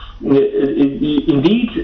indeed